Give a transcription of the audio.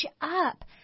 up